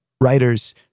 writers